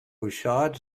bouchard